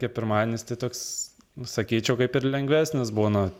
kaip pirmadienis tai toks sakyčiau kaip ir lengvesnis būna